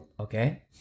Okay